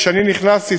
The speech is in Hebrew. כשאני נכנסתי,